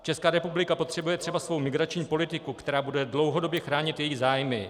Česká republika potřebuje svou migrační politiku, která bude dlouhodobě chránit její zájmy.